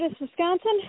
Wisconsin